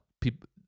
people